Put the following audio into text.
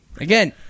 again